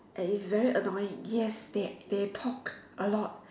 that is very annoying yes they they talk a lot